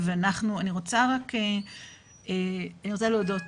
אני רוצה להודות